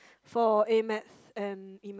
for A math and E math